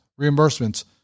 reimbursements